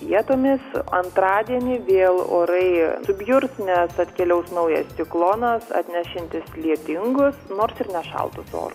vietomis antradienį vėl orai subjurs nes atkeliaus naujas ciklonas atnešiantis lietingus nors ir nešaltus orus